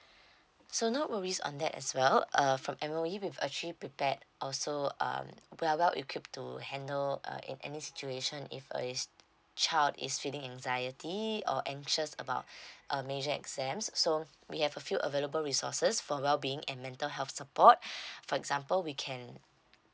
so no worries on that as well uh from M_O_E we actually prepared also um we are well equipped to handle uh in any situation if a child is feeling anxiety or anxious about uh major exams so we have a few available resources for well being and mental health support for example we can